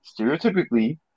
stereotypically